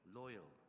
loyal